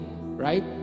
right